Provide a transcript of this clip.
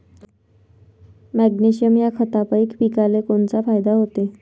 Magnesium ह्या खतापायी पिकाले कोनचा फायदा होते?